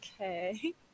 okay